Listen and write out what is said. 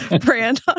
brand